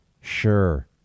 sure